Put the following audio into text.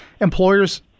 employers